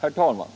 Herr talman!